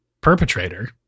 perpetrator